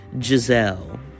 Giselle